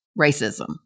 racism